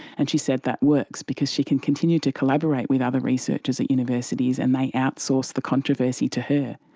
and she said that works because she can continue to collaborate with other researchers at universities and they outsource the controversy to her.